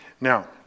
Now